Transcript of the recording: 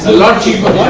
lot cheaper